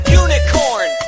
unicorn